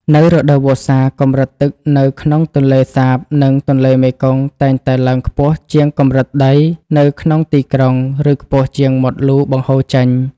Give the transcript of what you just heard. នៅរដូវវស្សា កម្រិតទឹកនៅក្នុងទន្លេសាប និងទន្លេមេគង្គតែងតែឡើងខ្ពស់ជាងកម្រិតដីនៅក្នុងទីក្រុង ឬខ្ពស់ជាងមាត់លូបង្ហូរចេញ។